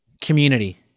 community